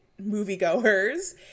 moviegoers